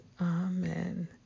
Amen